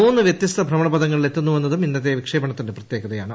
മൂന്ന് വ്യത്യസ്ത ഭ്രമണ പഥങ്ങളിൽ എത്തുന്നുവെന്നതും ഇന്നത്തെ വിക്ഷേപണത്തിന്റെ പ്രത്യേകതയാണ്